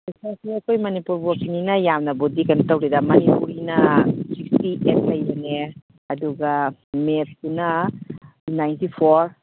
ꯄꯩꯁꯥꯁꯦ ꯑꯩꯈꯣꯏ ꯃꯅꯤꯄꯨꯔ ꯕꯣꯔꯠꯀꯤꯅꯤꯅ ꯌꯥꯝꯅꯕꯨꯗꯤ ꯀꯩꯅꯣ ꯇꯧꯗꯦꯗ ꯃꯅꯤꯄꯨꯔꯤꯅ ꯁꯤꯛꯁꯇꯤ ꯑꯩꯠ ꯂꯩꯕꯅꯦ ꯑꯗꯨꯒ ꯃꯦꯠꯁꯇꯨꯅ ꯅꯥꯏꯟꯇꯤ ꯐꯣꯔ